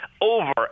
over